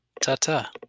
Ta-ta